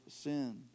sin